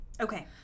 Okay